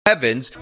Evans